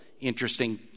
Interesting